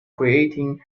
creating